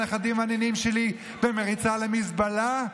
הנכדים והנינים שלי במריצה למזבלה,